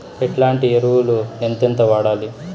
ఎట్లాంటి ఎరువులు ఎంతెంత వాడాలి?